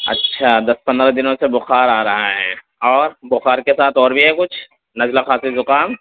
اچھا دس پندرہ دنوں سے بخار آ رہا ہے اور بخار کے ساتھ اور بھی ہے کچھ نزلہ کھانسی زکام